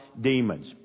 demons